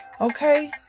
okay